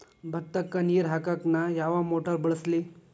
ಭತ್ತಕ್ಕ ನೇರ ಹಾಕಾಕ್ ನಾ ಯಾವ್ ಮೋಟರ್ ಬಳಸ್ಲಿ?